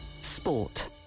Sport